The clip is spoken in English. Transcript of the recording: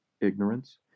ignorance